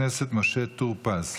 חבר הכנסת משה טור פז.